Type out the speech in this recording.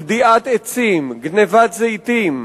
גדיעת עצים, גנבת זיתים,